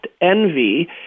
envy